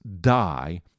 die